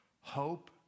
hope